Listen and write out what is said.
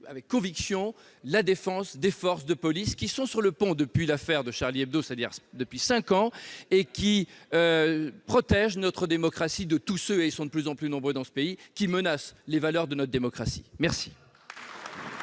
avec conviction, la défense des forces de police, qui sont sur le pont depuis l'affaire de, c'est-à-dire depuis cinq ans, et protègent notre démocratie de toutes les personnes, de plus en plus nombreuses dans le pays, qui menacent les valeurs de notre démocratie ?